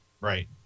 Right